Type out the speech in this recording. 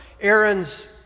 Aaron's